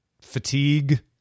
fatigue